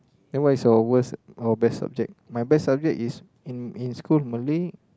then what is your worst or best subject my best subject is in in school Malay